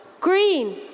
Green